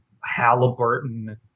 Halliburton